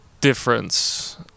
difference